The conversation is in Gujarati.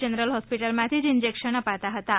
જનરલ હોસ્પિટલમાંથી જ ઇન્જેક્શન અપાતાં હતાં